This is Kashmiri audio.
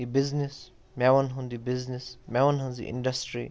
یہٕ بِزنٮ۪س میوَن ہُنٛد یہٕ بِزنٮ۪س میوَن ہِنٛز یہٕ اِنڈَسٹِرٛی